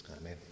Amen